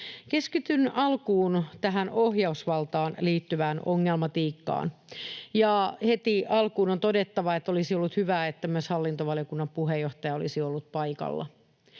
Keskityn alkuun tähän ohjausvaltaan liittyvään ongelmatiikkaan, ja heti alkuun on todettava, että olisi ollut hyvä, että myös hallintovaliokunnan puheenjohtaja olisi ollut paikalla.